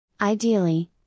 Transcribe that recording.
Ideally